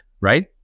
Right